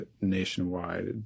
nationwide